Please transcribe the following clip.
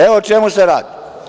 Evo o čemu se radi.